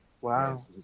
wow